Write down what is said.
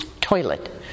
toilet